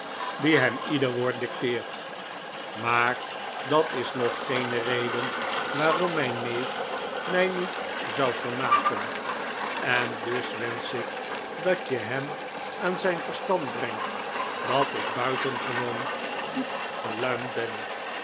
die hem ieder woord dicteert maar dat is nog geen reden waarom mijn neef mij niet zou vermaken en dus wensc h ik dat je hem aan zijn verstand brengt dat ik buitengewoon goed geluimd ben